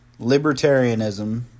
libertarianism